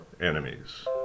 enemies